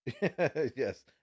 Yes